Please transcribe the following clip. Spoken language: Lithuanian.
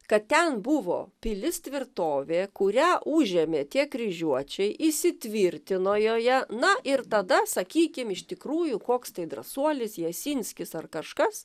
kad ten buvo pilis tvirtovė kurią užėmė tie kryžiuočiai įsitvirtino joje na ir tada sakykim iš tikrųjų koks tai drąsuolis jasinskis ar kažkas